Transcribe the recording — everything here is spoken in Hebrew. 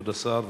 כבוד השר,